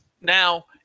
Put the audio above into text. Now